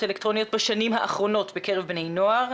אלקטרוניות בשנים האחרונות בקרב בני נוער.